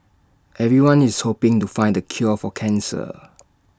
everyone is hoping to find the cure for cancer